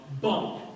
Bunk